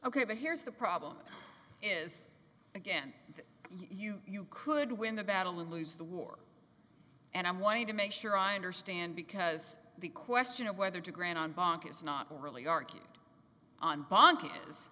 k but here's the problem is again you you could win the battle and lose the war and i'm wanting to make sure i understand because the question of whether to grant on bach is not really argument on bonk